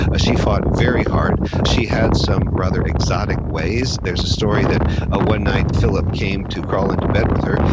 she fought very hard. she had some rather exotic ways. there's a story that ah one night philip came to crawl into bed with her,